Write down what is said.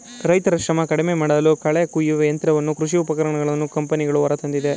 ರೈತರ ಶ್ರಮ ಕಡಿಮೆಮಾಡಲು ಕಳೆ ಕುಯ್ಯುವ ಯಂತ್ರವನ್ನು ಕೃಷಿ ಉಪಕರಣ ಕಂಪನಿಗಳು ಹೊರತಂದಿದೆ